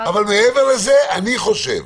מעבר לזה, אני חושב